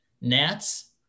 Gnats